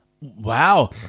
Wow